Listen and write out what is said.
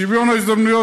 שוויון ההזדמנויות,